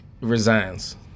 resigns